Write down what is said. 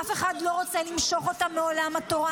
אף אחד לא רוצה למשוך אותם מעולם התורה,